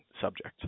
subject